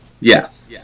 Yes